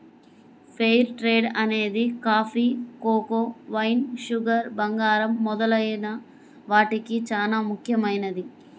fair trade అనేది coffee, cocoa, wine, sugar, బంగారం మొదలైన వాటికి చానా ముఖ్యమైనది